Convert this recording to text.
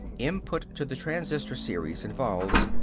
input to the transistor series involves.